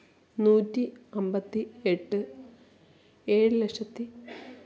നൂറ്റി അമ്പത്തി എട്ട് ഏഴ് ലക്ഷത്തി